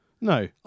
No